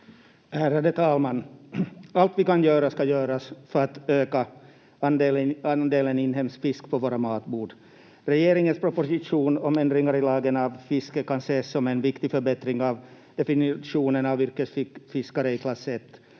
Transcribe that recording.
Ärade talman! Allt vi kan göra ska göras för att öka andelen inhemsk fisk på våra matbord. Regeringens proposition om ändringar i lagen om fiske kan ses som en viktig förbättring av definitionerna av yrkesfiskare i klass I.